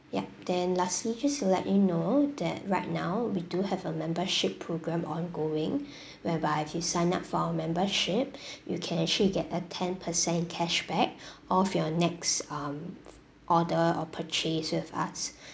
yup then lastly just to let you know that right now we do have a membership program ongoing whereby if you sign up for our membership you can actually get a ten percent cashback of your next um order or purchase with us